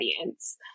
audience